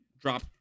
drop